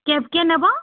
cab କେ ନବ